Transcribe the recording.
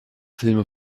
filme